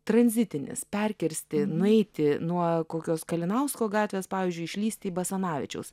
tranzitinis perkirsti nueiti nuo kokios kalinausko gatvės pavyzdžiui išlįsti į basanavičiaus